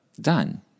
Done